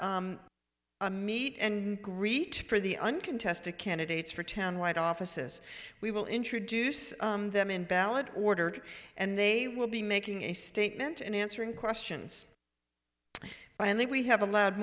a meet and greet for the uncontested candidates for ten white offices we will introduce them in ballot order and they will be making a statement and answering questions and then we have allowed